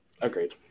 Agreed